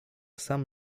sam